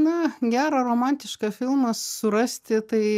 na gerą romantišką filmą surasti tai